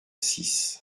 six